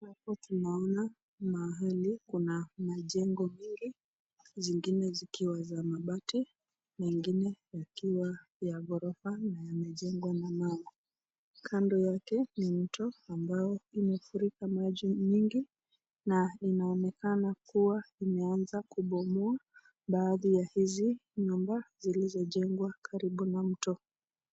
Hapo tunaona mahali kuna mijengo mingi, zingine kuna za mabati, zingine yakiwa ya ghorofa na yamejengwa na mawe kando yake ni mto ambao umefurika maji nyingi na inaonyesha sana kuwa imeanza kubomoa baadhi ya hizi nyumba zilizojengwa karibu na mto.